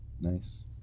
Nice